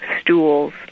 stools